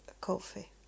coffee